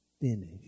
finish